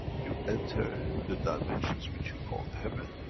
you enter the dimensions which you called, heaven,